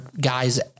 guys